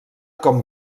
com